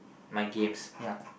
my games ya